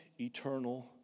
eternal